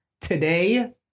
today